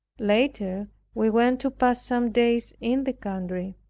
later we went to pass some days in the country.